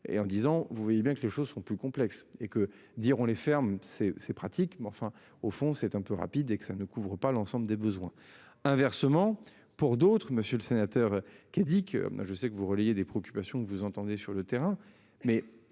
et en disant, vous voyez bien que les choses sont plus complexes et que dire on les ferme c'est c'est pratique mais enfin au fond c'est un peu rapide et que ça ne couvre pas l'ensemble des besoins. Inversement, pour d'autres, monsieur le sénateur, qui dit que moi je sais que vous relayer des préoccupations que vous entendez sur le terrain, mais